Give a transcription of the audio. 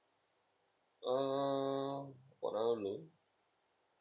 uh what other loan